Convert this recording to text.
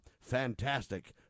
fantastic